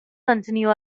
continue